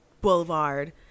boulevard